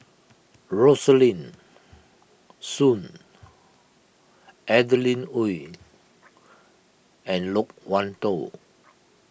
Rosaline Soon Adeline Ooi and Loke Wan Tho